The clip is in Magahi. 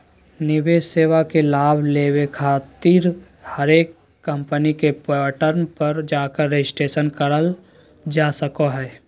निवेश सेवा के लाभ लेबे खातिर हरेक कम्पनी के पोर्टल पर जाकर रजिस्ट्रेशन करल जा सको हय